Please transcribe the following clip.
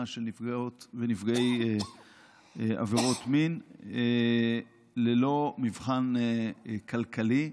של נפגעות ונפגעי עבירות מין ללא מבחן כלכלי,